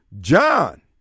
John